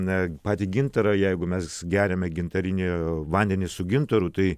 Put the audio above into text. na patį gintarą jeigu mes geriame gintarinį vandenį su gintaru tai